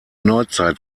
neuzeit